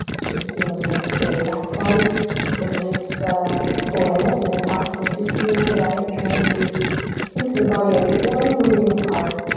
should feel nice for your back body. so keep a nice ah awareness in the tops of the feet here. right? trying to think of the body as one moving part.